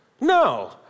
no